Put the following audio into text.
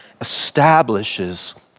establishes